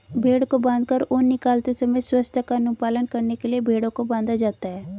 भेंड़ को बाँधकर ऊन निकालते समय स्वच्छता का अनुपालन करने के लिए भेंड़ों को बाँधा जाता है